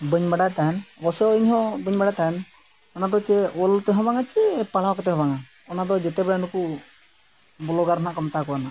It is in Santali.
ᱵᱟᱹᱧ ᱵᱟᱰᱟᱭ ᱛᱟᱦᱮᱱ ᱤᱧᱦᱚᱸ ᱵᱟᱹᱧ ᱵᱟᱲᱟᱭ ᱛᱟᱦᱮᱱ ᱚᱱᱟᱫᱚ ᱪᱮᱫ ᱚᱞ ᱛᱮᱦᱚᱸ ᱵᱟᱝᱼᱟ ᱥᱮ ᱯᱟᱲᱦᱟᱣ ᱠᱟᱛᱮᱦᱚᱸ ᱵᱟᱝᱼᱟ ᱚᱱᱟᱫᱚ ᱡᱚᱛᱚ ᱵᱞᱚᱜᱟᱨ ᱦᱟᱸᱜ ᱠᱚ ᱢᱮᱛᱟ ᱠᱚᱣᱟ ᱦᱟᱸᱜ